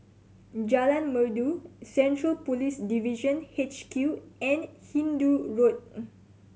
Jalan Merdu Central Police Division H Q and Hindoo Road